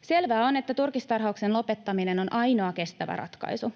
Selvää on, että turkistarhauksen lopettaminen on ainoa kestävä ratkaisu.